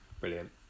Brilliant